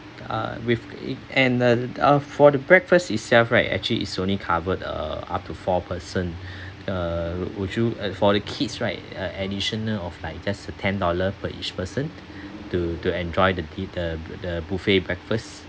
uh with eh and uh uh for the breakfast itself right actually is only covered uh up to four person uh would you uh for the kids right uh additional of like just a ten dollar per each person to to enjoy the tea the the buffet breakfast